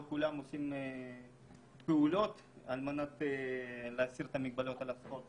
לא כולם עושים פעולות להסרת המגבלות על הספורט,